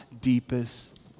deepest